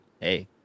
hey